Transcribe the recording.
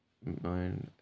and